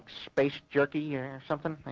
space jerky or something,